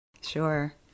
Sure